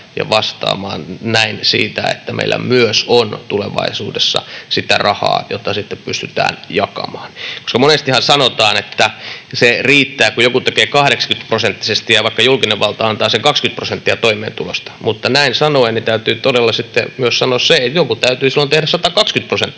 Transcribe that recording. ja vastaamaan näin siitä, että meillä on myös tulevaisuudessa sitä rahaa, jota sitten pystytään jakamaan. Monestihan sanotaan, että se riittää, kun joku tekee 80-prosenttisesti ja vaikka julkinen valta antaa sen 20 prosenttia toimeentulosta, mutta näin sanoen täytyy todella sitten myös sanoa se, että jonkun täytyy silloin tehdä 120-prosenttisesti,